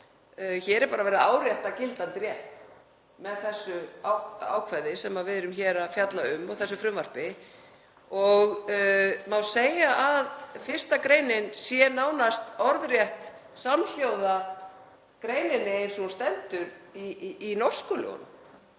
Hér er bara verið að árétta gildandi rétt með þessu ákvæði sem við erum hér að fjalla um og í þessu frumvarpi. Það má segja að 1. gr. sé nánast orðrétt samhljóða greininni eins og hún stendur í norsku lögunum.